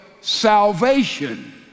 salvation